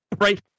right